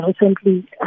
recently